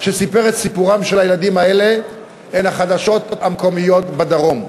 שסיפר את סיפורם של הילדים האלה היה החדשות המקומיות בדרום.